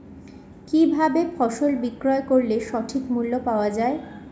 কি ভাবে ফসল বিক্রয় করলে সঠিক মূল্য পাওয়া য়ায়?